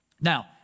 Now